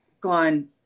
gone